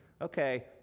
okay